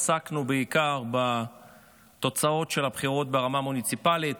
עסקנו בתוצאות של הבחירות ברמה המוניציפלית.